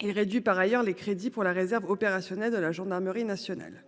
Il réduit par ailleurs les crédits pour la réserve opérationnelle de la gendarmerie nationale.